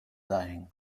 dyeing